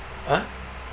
!huh!